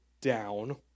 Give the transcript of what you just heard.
down